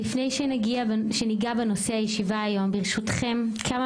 לפני שניגע בנושא הישיבה היום ברשותכם כמה